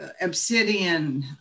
obsidian